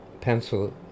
pencil